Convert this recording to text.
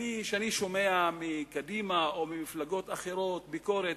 כשאני שומע מקדימה או ממפלגות אחרות ביקורת